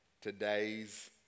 today's